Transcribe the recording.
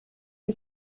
энэ